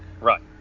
right